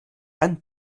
einen